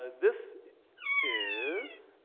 ah this is